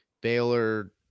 Baylor